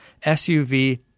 SUV